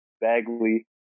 Bagley